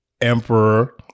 emperor